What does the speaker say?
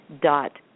dot